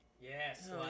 Yes